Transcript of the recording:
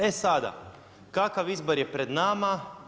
E sada, kakav izbor je pred nama?